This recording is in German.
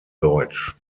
deutsch